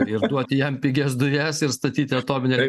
ir duoti jam pigias dujas ir statyti atominę